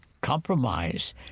compromise